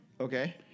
Okay